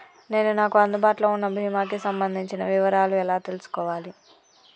నేను నాకు అందుబాటులో ఉన్న బీమా కి సంబంధించిన వివరాలు ఎలా తెలుసుకోవాలి?